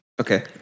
Okay